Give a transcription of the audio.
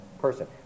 person